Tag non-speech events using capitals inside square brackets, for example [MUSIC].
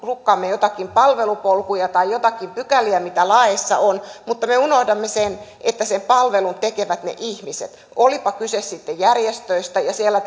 [UNINTELLIGIBLE] rukkaamme joitakin palvelupolkuja tai joitakin pykäliä mitä laeissa on mutta me unohdamme että sen palvelun tekevät ihmiset olipa kyse sitten järjestöistä ja siellä [UNINTELLIGIBLE]